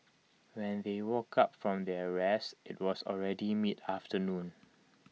when they woke up from their rest IT was already mid afternoon